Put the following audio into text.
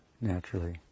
naturally